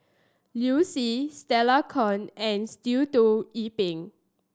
Liu Si Stella Kon and Sitoh Yih Pin